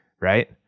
right